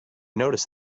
noticed